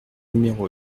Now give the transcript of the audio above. numéro